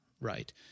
right